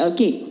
Okay